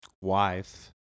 wife